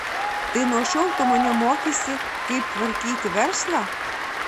tai nuo šiol tu mane mokysi kaip tvarkyti verslą